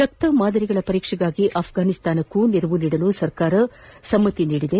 ರಕ್ತ ಮಾದರಿಗಳ ಪರೀಕ್ಷೆಗಾಗಿ ಆಫ್ಟನಿಸ್ತಾನಕ್ಕೂ ನೆರವು ನೀಡಲು ಸರ್ಕಾರ ಸಮ್ಮತಿಸಿದೆ